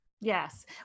Yes